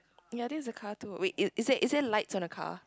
yea that's the car tool wait it is it is it lights on the car